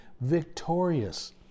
victorious